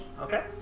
Okay